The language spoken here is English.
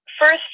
first